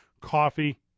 Coffee